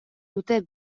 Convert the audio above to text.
dute